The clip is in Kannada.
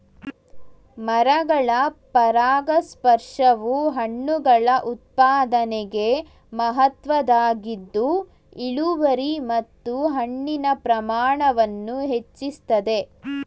ಮರಗಳ ಪರಾಗಸ್ಪರ್ಶವು ಹಣ್ಣುಗಳ ಉತ್ಪಾದನೆಗೆ ಮಹತ್ವದ್ದಾಗಿದ್ದು ಇಳುವರಿ ಮತ್ತು ಹಣ್ಣಿನ ಪ್ರಮಾಣವನ್ನು ಹೆಚ್ಚಿಸ್ತದೆ